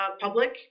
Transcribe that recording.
Public